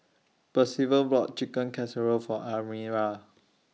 Percival bought Chicken Casserole For Almira